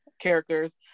characters